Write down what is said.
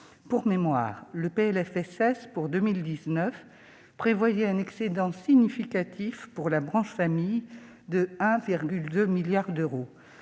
Pour mémoire, le PLFSS pour 2019 prévoyait un excédent significatif pour la branche famille de 1,2 milliard d'euros.